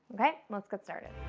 okay? let's get started.